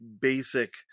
basic